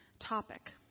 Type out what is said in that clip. topic